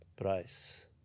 price